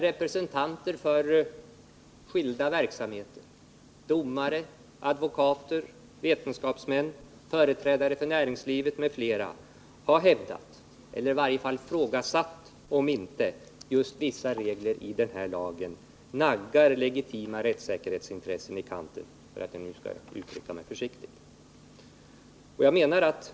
Representanter för skilda verksamheter — domare, advokater, vetenskapsmän, företrädare för näringslivet m.fl. — har hävdat eller i varje fall ifrågasatt om inte vissa regler i den här lagen naggar legitima rättssäkerhetsintressen i kanten, för att nu uttrycka mig försiktigt.